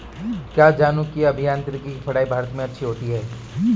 क्या जनुकीय अभियांत्रिकी की पढ़ाई भारत में अच्छी नहीं होती?